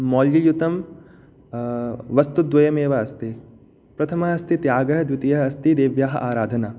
मौल्ययुतं वस्तुद्वयम् एव अस्ति प्रथमः अस्ति त्यागः द्वितीयः अस्ति देव्याः आराधना